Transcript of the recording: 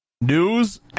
news